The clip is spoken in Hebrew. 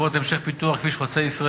למרות המשך פיתוח כביש חוצה-ישראל,